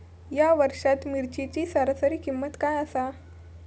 या वर्षात मिरचीची सरासरी किंमत काय आसा?